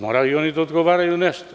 Moraju i oni da odgovaraju nešto.